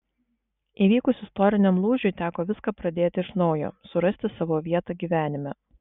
įvykus istoriniam lūžiui teko viską pradėti iš naujo surasti savo vietą gyvenime